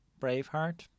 Braveheart